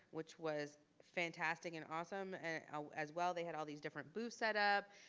which was fantastic and awesome as well. they had all these different booths set up.